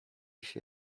się